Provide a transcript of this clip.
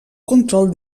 control